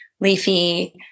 leafy